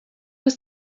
was